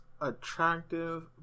attractive